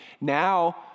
Now